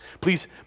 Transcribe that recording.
Please